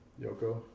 Yoko